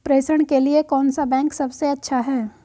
प्रेषण के लिए कौन सा बैंक सबसे अच्छा है?